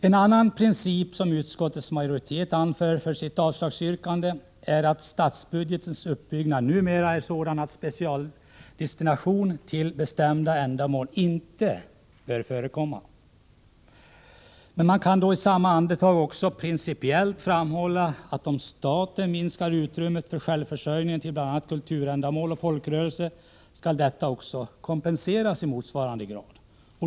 En annan princip som utskottets majoritet anför för sitt avslagsyrkande är att statsbudgetens uppbyggnad numera är sådan att specialdestination till bestämda ändamål inte bör förekomma. Men man kan då i samma andetag också principiellt framhålla att om staten minskar utrymmet för självförsörjning till bl.a. kulturändamål och folkrörelser, skall detta kompenseras i motsvarande grad.